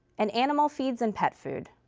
and animal feeds and pet food.